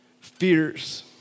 fears